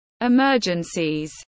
emergencies